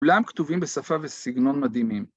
כולם כתובים בשפה וסגנון מדהימים.